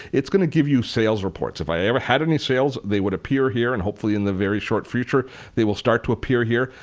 it's going to give you sales reports. if i ever had any sales, they would appear here and hopefully in the very short future they will start to appear here.